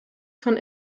von